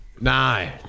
No